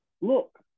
look